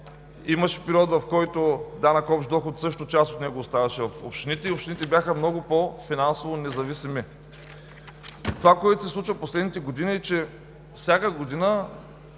имаше период, в който част от данък общ доход също оставаше в общините, и общините бяха много по-финансово независими. Това, което се случва в последните години, е, че всяка година